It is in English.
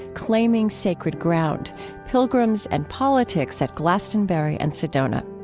claiming sacred ground pilgrims and politics at glastonbury and sedona.